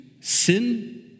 sin